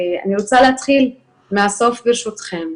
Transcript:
אני רוצה להתחיל מהסוף, ברשותכם.